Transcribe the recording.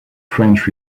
french